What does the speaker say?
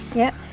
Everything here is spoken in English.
yep.